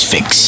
Fix